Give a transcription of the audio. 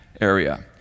area